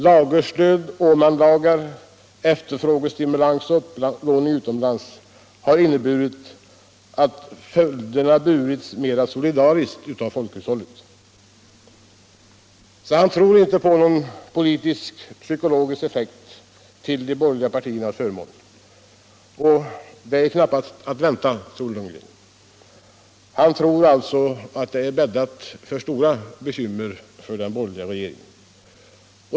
Lagerstöd, Åmanlagar, efterfrågestimulans och upplåning utomlands har inneburit att följderna dels burits mera solidariskt av folkhushållet, dels skjutits på framtiden.” Herr Lundgren tror inte på någon politisk-psykologisk effekt till de borgerliga partiernas förmån. Han tror att det skulle vara bäddat för stora bekymmer för den borgerliga regeringen.